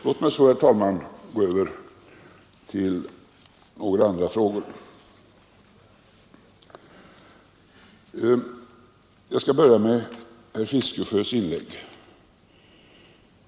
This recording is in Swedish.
Låt mig så, herr talman, gå över till några andra frågor. Jag skall börja med herr Fiskesjös inlägg.